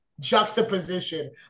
Juxtaposition